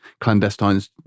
clandestines